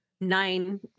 nine